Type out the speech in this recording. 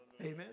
Amen